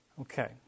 Okay